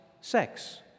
sex